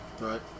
Right